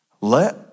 let